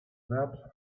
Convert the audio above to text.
that